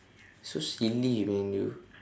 so silly man you